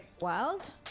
Wild